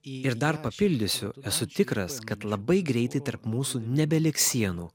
ir dar papildysiu esu tikras kad labai greitai tarp mūsų nebeliks sienų